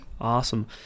Awesome